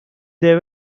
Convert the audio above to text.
they